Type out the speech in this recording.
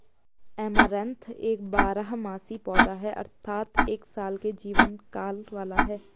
amaranth एक बारहमासी पौधा है अर्थात एक साल के जीवन काल वाला है